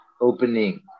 opening